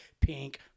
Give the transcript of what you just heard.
pink